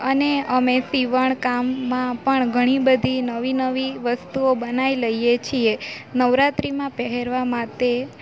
અને અમે સીવણ કામમાં પણ ઘણી બધી નવી નવી વસ્તુઓ બનાવી લઈએ છીએ નવરાત્રીમાં પહેરવા માટે